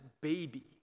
baby